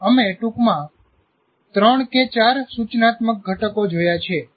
અમે ટૂંકમાં ત્રણ કે ચાર સૂચનાત્મક ઘટકો જોયા છે